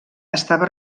estava